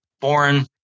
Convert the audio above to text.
foreign